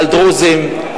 על דרוזים,